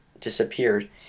disappeared